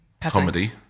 comedy